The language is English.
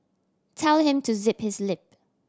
tell him to zip his lip